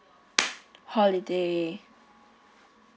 holiday